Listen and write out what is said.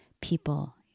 people